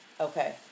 Okay